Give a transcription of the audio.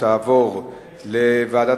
ותעבור לוועדת